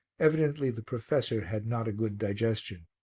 evidently the professor had not a good digestion.